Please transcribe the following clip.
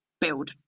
build